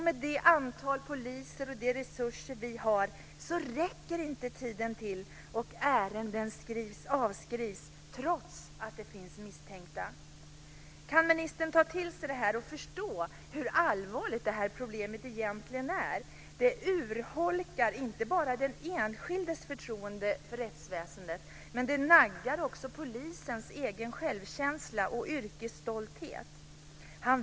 Med det antal poliser och de resurser vi har räcker inte tiden till och ärenden avskrivs trots att det finns misstänkta. Kan ministern ta till sig detta och förstå hur allvarligt det här problemet egentligen är? Det inte bara urholkar den enskildes förtroende för rättsväsendet utan det naggar också polisens egen självkänsla och yrkesstolthet i kanten.